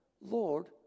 Lord